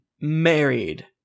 married